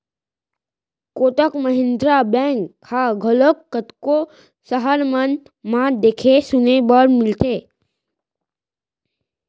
Kotak Mahindra bank ह घलोक कतको सहर मन म देखे सुने बर मिलथे